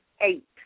eight